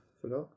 forgot